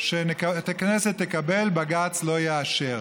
שהכנסת תקבל בג"ץ לא יאשר,